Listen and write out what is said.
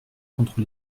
contre